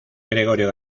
gregorio